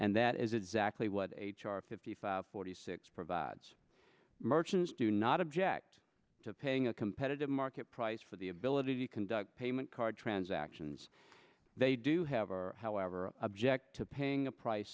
and that is exactly what h r fifty five forty six provides merchants do not object to paying a competitive market price for the ability to conduct payment card transactions they do have or however object to paying a price